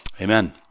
amen